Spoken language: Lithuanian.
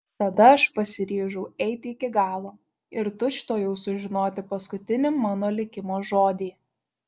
tada aš pasiryžau eiti iki galo ir tučtuojau sužinoti paskutinį mano likimo žodį